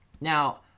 Now